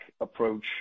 approach